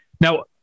now